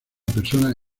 persona